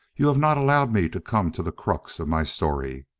you have not allowed me to come to the crux of my story.